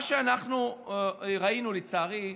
מה שאנחנו ראינו, לצערי,